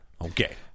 okay